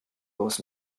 was